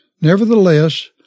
Nevertheless